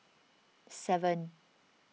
seven